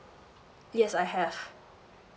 yes I have